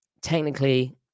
technically